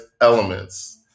elements